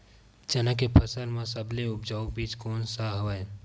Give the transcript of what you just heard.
चना के फसल म सबले उपजाऊ बीज कोन स हवय?